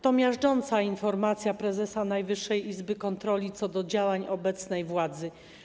To miażdżąca informacja prezesa Najwyższej Izby Kontroli co do działań obecnej władzy.